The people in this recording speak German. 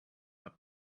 aber